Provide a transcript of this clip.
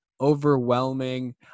overwhelming